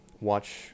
watch